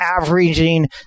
averaging